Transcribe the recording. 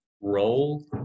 role